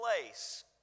place